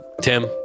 tim